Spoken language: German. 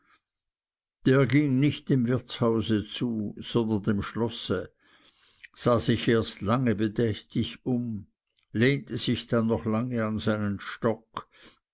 der ging nicht dem wirtshause zu sondern dem schlosse sah sich erst lange bedächtig um lehnte sich dann noch lange an seinen stock